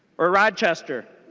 or rochester